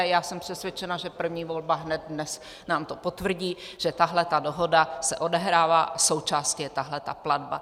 Já jsem přesvědčena, že první volba hned dnes nám to potvrdí, že tahle ta dohoda se odehrává a součástí je tahle ta platba.